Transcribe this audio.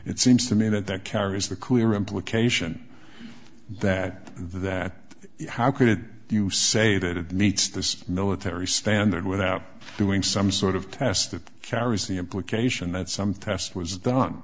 it seems to me that that carries the clear implication that that how couldn't you say that it meets this military standard without doing some sort of test that carries the implication that some test was done